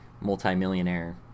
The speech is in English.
multimillionaire